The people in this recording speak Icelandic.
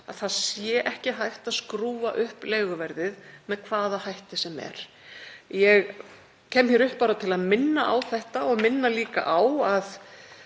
að ekki sé hægt að skrúfa upp leiguverðið með hvaða hætti sem er. Ég kem hér upp til að minna á þetta og líka til að